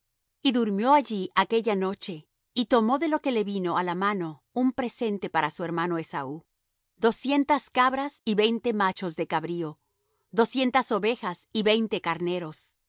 y durmió allí aquella noche y tomó de lo que le vino á la mano un presente para su hermano esaú doscientas cabras y veinte machos de cabrío doscientas ovejas y veinte carneros